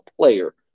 player